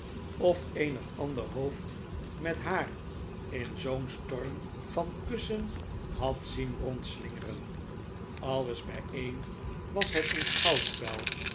van eenig ander hoofd met haar in zoo'n storm van kussen had zien rondslingeren alles bijeen was het een schouwspel